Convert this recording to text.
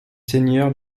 seigneurs